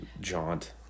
jaunt